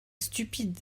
stupide